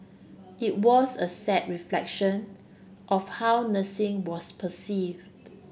it was a sad reflection of how nursing was perceived